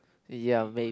ya mayb~